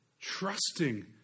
trusting